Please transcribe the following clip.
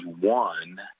one